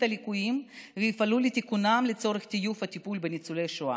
הליקויים ויפעלו לתיקונם לצורך טיוב הטיפול בניצולי השואה,